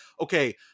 okay